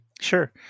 Sure